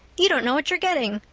you don't know what you're getting.